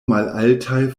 malaltaj